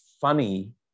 funny